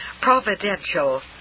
Providential